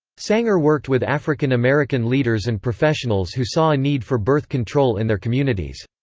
sanger worked with african american leaders and professionals who saw a need for birth control in their communities.